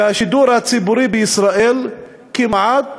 השידור הציבורי בישראל כמעט,